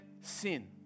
sin